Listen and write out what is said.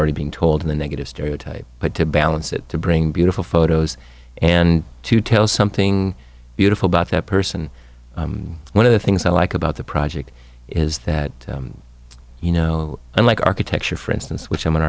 already being told in the negative stereotype but to balance it to bring beautiful photos and to tell something beautiful about that person one of the things i like about the project is that you know unlike architecture for instance which i'm an